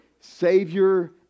savior